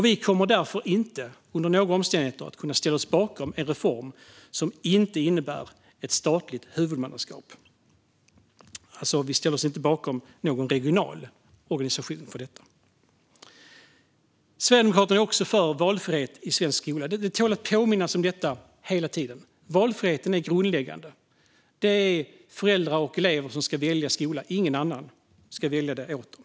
Vi kommer därför inte under några omständigheter att kunna ställa oss bakom en reform som inte innebär ett statligt huvudmannaskap. Vi ställer oss alltså inte bakom någon regional organisation för detta. Sverigedemokraterna är för valfrihet i svensk skola. Detta tål att hela tiden påminna om: Valfriheten är grundläggande. Det är föräldrar och elever som ska välja skola; ingen annan ska välja åt dem.